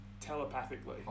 telepathically